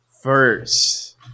first